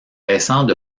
baissant